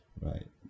right